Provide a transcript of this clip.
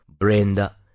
Brenda